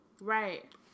Right